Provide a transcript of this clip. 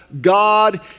God